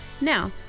Now